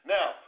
Now